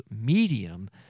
medium